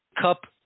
cup